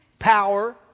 power